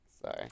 Sorry